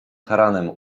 taranem